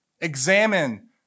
Examine